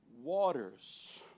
waters